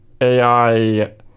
AI